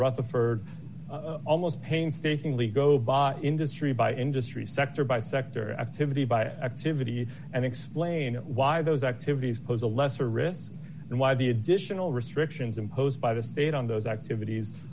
for almost painstakingly go by industry by industry sector by sector activity by activity and explain why those activities pose a lesser risk and why the additional restrictions imposed by the state on those activities